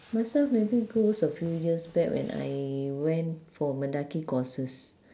myself maybe goes a few years back when I went for mendaki courses